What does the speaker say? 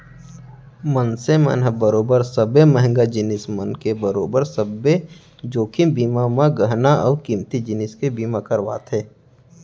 मनसे मन ह बरोबर सबे महंगा जिनिस मन के बरोबर सब्बे जोखिम बीमा म गहना अउ कीमती जिनिस के बीमा करवाथे